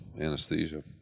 anesthesia